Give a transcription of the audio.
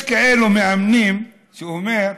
יש מאמנים כאלה שאומרים: